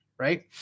right